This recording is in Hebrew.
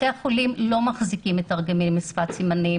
בתי החולים לא מחזיקים מתרגמים לשפת סימנים